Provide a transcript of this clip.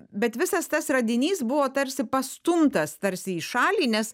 bet visas tas radinys buvo tarsi pastumtas tarsi į šalį nes